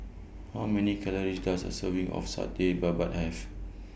How Many Calories Does A Serving of Satay Babat Have